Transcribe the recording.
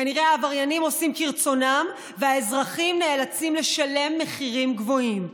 כנראה העבריינים עושים כרצונם והאזרחים נאלצים לשלם מחירים גבוהים.